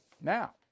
now